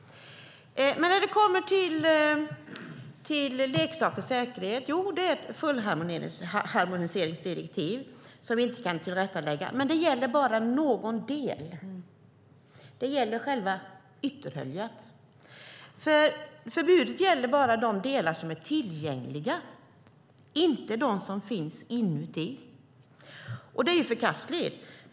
Detta om leksaker och säkerhet är ett fullharmoniseringsdirektiv som vi inte kan tillrättalägga, men det gäller bara någon del. Det gäller själva ytterhöljet av leksaken. Förbudet gäller bara de delar som är tillgängliga - inte de som finns inuti. Det är ju förkastligt.